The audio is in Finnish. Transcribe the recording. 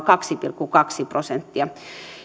kaksi pilkku kaksi prosenttia